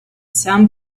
some